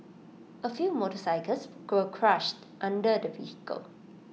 A few motorcycles were crushed under the vehicle